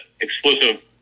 exclusive